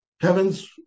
Heavens